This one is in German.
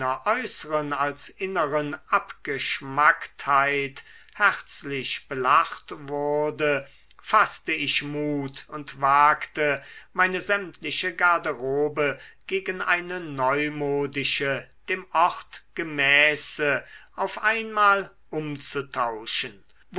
als inneren abgeschmacktheit herzlich belacht wurde faßte ich mut und wagte meine sämtliche garderobe gegen eine neumodische dem ort gemäße auf einmal umzutauschen